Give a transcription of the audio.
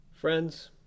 Friends